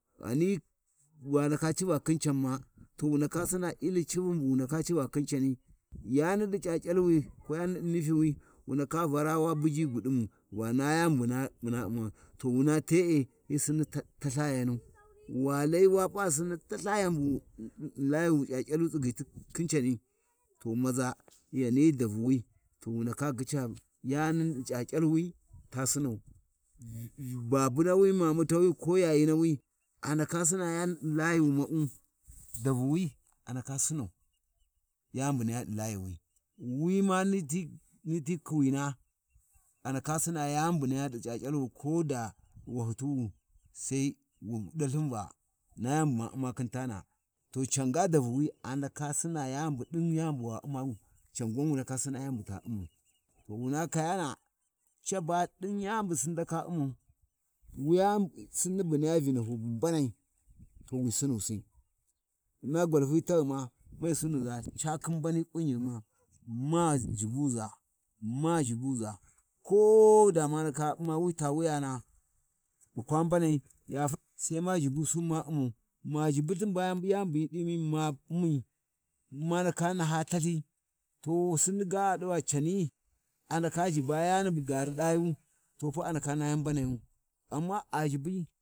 ﻿ghani wa ndaka civa khin can ma, to wu ndaka llin civun bu wu ndaka civa khin cani, yani niɗi C’aC’alwi ko ko yani ni ɗinana Yani bu muna U'mu to wuna te’e, hyi Sinni talthaganu, wa lai wa p’a Sinni talthaganu, wa lai wa p’a Sinni talthayan bu Layu C’ac’i wi tsigyiti khin cani, to maza yani davuni to wu ndaka gyika yani niɗi C’aC’alwi, ta Sinau, Vu-viu Babunawi, mamatawi ko yayinawi, a ndaka Sinna yani niɗi Laayu ma’u davvwi andaka Sinnau yani bu niya ɗi layiui Wima ni niti kuwiya, andaka Sina yani buniya ɗi C’aC’alwu koda Wahyituwi, Sai wu ɗalthun va na yani bu ma U'ma lthin tana to conga davuwi andaka Sina ɗin yani bu wa U'ma, can gwan wu ndaka sina yani bu ta U'mau to wu na kayana caba ɗin yani bu Sinni ndaka U'mau yani Sinni ɓu niya Vinahya bu mbanai wi Sunusi, na gwalfi taghima mai Sunaza ca khin mbani ƙwinyighima, ma ʒhibusin ma u'mau, ma ʒhibulthin bi bu yani ɓu ya ɗima ma U’mmi ma ndaka naha talthi, to Sinni ga a ɗira tani, andaka ʒhiba yani bu gaari saayu, to ga a ndaka naha yan mbanayu. Amma a zhibi.